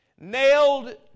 nailed